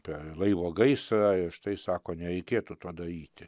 per laivo gaisrą ir štai sako nereikėtų to daryti